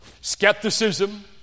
skepticism